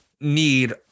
need